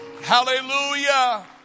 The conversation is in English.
hallelujah